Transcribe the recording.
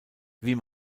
wie